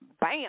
Bam